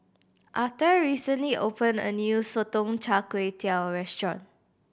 Arthur recently opened a new Sotong Char Kway restaurant